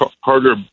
harder